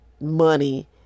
money